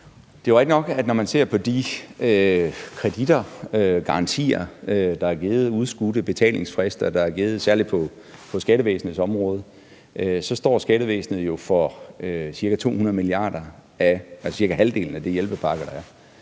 jo rigtigt nok, at når man ser på de kreditter og garantier, der er givet, og udskudte betalingsfrister, der er givet, særlig på skattevæsenets område, så står skattevæsenet jo for ca. 200 mia. kr., altså cirka halvdelen af de hjælpepakker, der er.